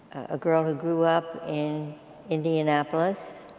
a girl who grew up in indianapolis,